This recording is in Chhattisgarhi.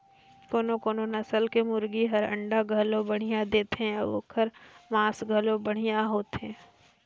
कोनो कोनो नसल के मुरगी हर अंडा घलो बड़िहा देथे अउ ओखर मांस घलो बढ़िया होथे